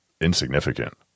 insignificant